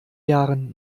jahren